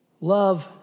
Love